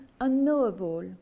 unknowable